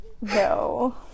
No